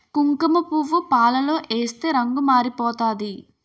కుంకుమపువ్వు పాలలో ఏస్తే రంగు మారిపోతాది